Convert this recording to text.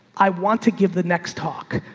i want to give the next talk.